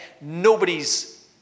nobody's